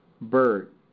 bird